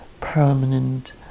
permanent